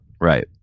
Right